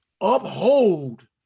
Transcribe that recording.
uphold